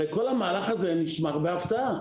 הרי כל המהלך הזה נשמר בהפתעה.